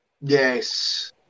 Yes